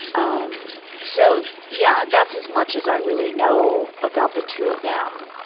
um so, yeah, that's as much as i really know about the two of them.